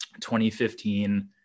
2015